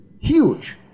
Huge